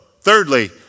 Thirdly